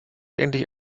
endlich